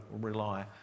rely